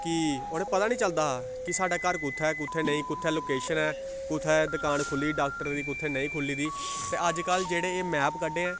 कि उ'नें पता निं चलदा हा कि साढ़ा घर कुत्थै ऐ कु'त्थै नेईं कु'त्थै लोकेशन ऐ कु'त्थै दकान खु'ल्ली दी डाक्टरै दी कु'त्थै नेईं खु'ल्ली दी ते अजकल्ल जेह्ड़े एह् मैप कड्डे ऐं